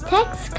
Text